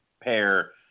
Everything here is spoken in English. pair